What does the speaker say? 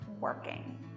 working